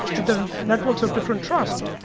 if there are networks of different trust,